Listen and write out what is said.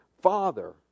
Father